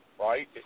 Right